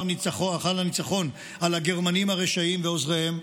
הניצחון על הגרמנים הרשעים ועוזריהם,